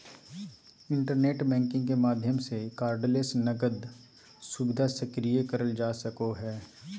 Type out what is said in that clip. internet banking के माध्यम से कार्डलेस नकद सुविधा सक्रिय करल जा सको हय